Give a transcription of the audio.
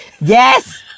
Yes